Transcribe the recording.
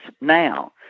now